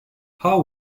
how